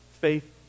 faith